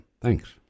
thanks